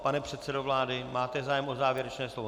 Pane předsedo vlády, máte zájem o závěrečné slovo?